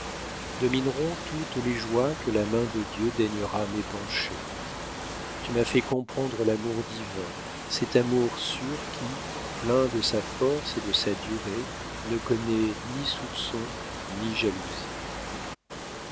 domineront toutes les joies que la main de dieu daignera m'épancher tu m'as fait comprendre l'amour divin cet amour sûr qui plein de sa force et de sa durée ne connaît ni soupçons ni jalousies